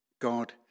God